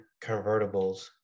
convertibles